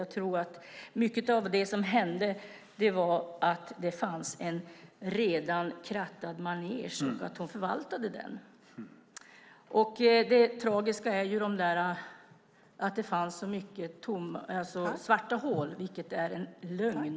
Jag tror att mycket av det som hände berodde på att det redan fanns en krattad manege och att hon förvaltade den. Att det fanns så många svarta hål är en lögn.